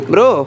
Bro